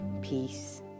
peace